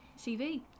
CV